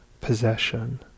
possession